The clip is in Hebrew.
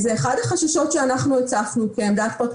זה משהו שצריך לטפל